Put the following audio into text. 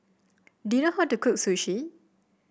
do you know how to cook Sushi